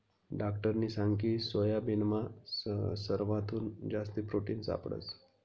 डाक्टरनी सांगकी सोयाबीनमा सरवाथून जास्ती प्रोटिन सापडंस